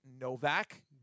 Novak